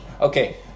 Okay